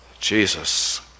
Jesus